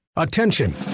Attention